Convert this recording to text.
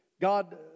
God